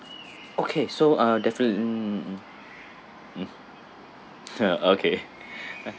okay so uh defin~ mm mm okay